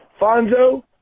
fonzo